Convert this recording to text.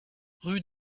rue